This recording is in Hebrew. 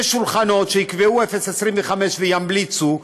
יש שולחנות שיקבעו 0.25% וימליצו,